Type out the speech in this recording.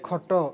ଖଟ